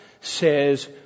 says